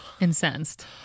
Incensed